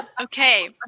okay